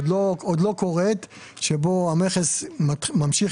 היא עוד לא קורית - לפיה המכס ממשיך